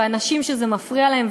ואנשים שזה מפריע להם,